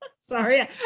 sorry